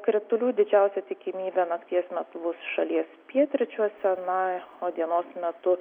kritulių didžiausia tikimybė nakties metu bus šalies pietryčiuose na o dienos metu